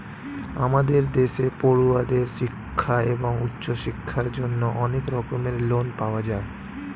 আমাদের দেশে পড়ুয়াদের শিক্ষা এবং উচ্চশিক্ষার জন্য অনেক রকমের লোন পাওয়া যায়